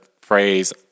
phrase